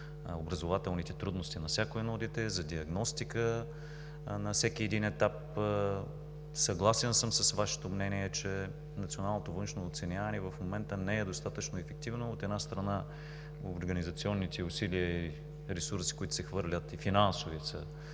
на образователните трудности на всяко едно дете, за диагностика на всеки един етап. Съгласен съм с Вашето мнение, че в момента националното външно оценяване не е достатъчно ефективно. От една страна, организационните усилия и ресурси, които се хвърлят, и финансови,